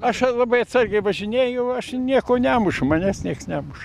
aš labai atsargiai važinėju aš nieko nemušu manęs nieks nemuša